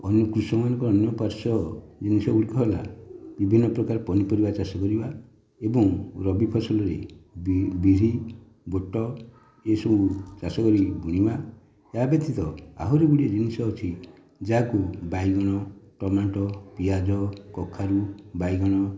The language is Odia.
ଅନ୍ୟ କୃଷକମାନଙ୍କର ଅନ୍ୟ ପାର୍ଶ୍ଵ ଜିନିଷଗୁଡ଼ିକ ହେଲା ବିଭିନ୍ନ ପ୍ରକାର ପନିପରିବା ଚାଷ କରିବା ଏବଂ ରବି ଫସଲରେ ବିରି ବୁଟ ଏସବୁ ଚାଷ କରି ବୁଣିବା ଏହା ବ୍ୟତୀତ ଆହୁରିଗୁଡ଼ିଏ ଜିନିଷ ଅଛି ଯାହାକୁ ବାଇଗଣ ଟମାଟୋ ପିଆଜ କଖାରୁ ବାଇଗଣ